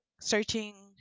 searching